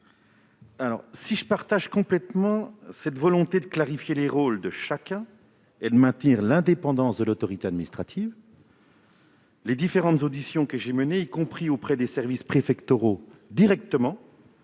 Si je partage sans réserve cette volonté de clarifier les rôles de chacun et de maintenir l'indépendance de l'autorité administrative, les différentes auditions que j'ai menées, y compris auprès des services préfectoraux, m'ont